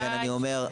ולכן אני אומר,